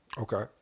Okay